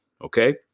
Okay